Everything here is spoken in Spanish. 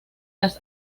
las